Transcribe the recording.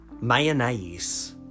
Mayonnaise